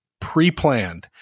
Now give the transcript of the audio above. pre-planned